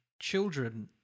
children